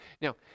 Now